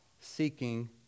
seeking